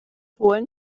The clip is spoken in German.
holen